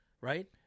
right